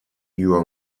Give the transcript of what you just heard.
biło